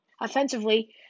Offensively